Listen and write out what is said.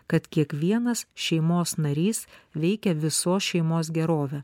kad kiekvienas šeimos narys veikia visos šeimos gerovę